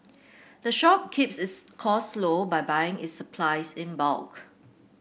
the shop keeps its costs low by buying its supplies in bulk